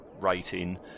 Rating